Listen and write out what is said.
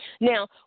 Now